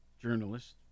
journalist